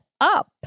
up